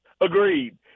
Agreed